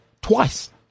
Twice